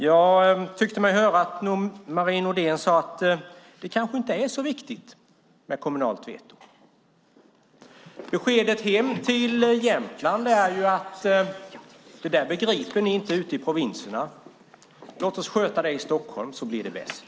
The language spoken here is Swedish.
Jag tyckte mig höra Marie Nordén säga att det kanske inte är så viktigt med kommunalt veto. Beskedet hem till Jämtland är alltså: Det där begriper ni inte ute i provinserna. Låt oss sköta det i Stockholm så blir det bäst.